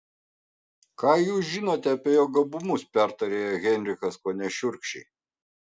ką jūs žinote apie jo gabumus pertarė ją heinrichas kone šiurkščiai